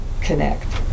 connect